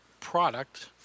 product